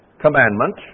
commandment